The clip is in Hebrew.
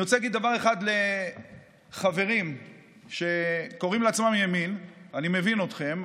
אני רוצה להגיד דבר אחד לחברים שקוראים לעצמם ימין: אני מבין אתכם.